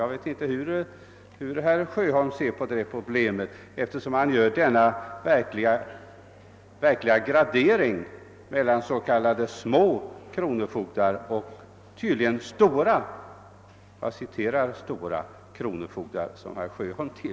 Jag vet inte hur herr Sjöholm gör sin gradering mellan »små» och »stora« kronofogdar, varvid herr Sjöholm tydligen själv hör till de senare.